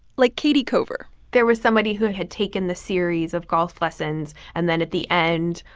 like katie cover there was somebody who had taken this series of golf lessons and then at the end,